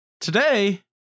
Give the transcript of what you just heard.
Today